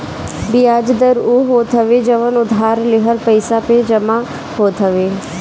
बियाज दर उ होत हवे जवन उधार लिहल पईसा पे जमा होत हवे